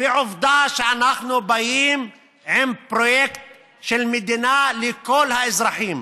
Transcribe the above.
ועובדה שאנחנו באים עם פרויקט של מדינה לכל האזרחים.